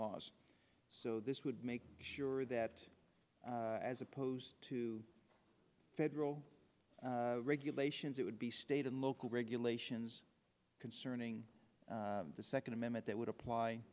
laws so this would make sure that as opposed to federal regulations it would be state and local regulations concerning the second amendment that would apply